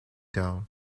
down